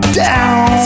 down